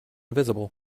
visible